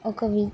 ఒకవి